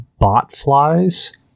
botflies